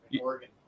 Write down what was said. Oregon